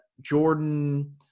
jordan